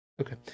Okay